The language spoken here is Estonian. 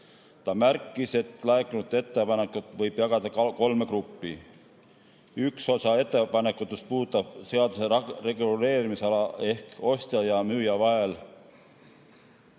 Ta märkis, et laekunud ettepanekud võib jagada kolme gruppi. Üks osa ettepanekutest puudutab seaduse reguleerimisala ehk ostja ja müüja vahel